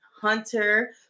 hunter